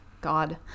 God